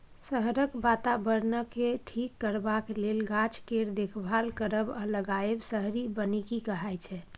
शहरक बाताबरणकेँ ठीक करबाक लेल गाछ केर देखभाल करब आ लगाएब शहरी बनिकी कहाइ छै